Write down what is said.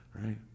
right